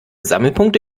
sammelpunkte